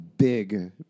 Big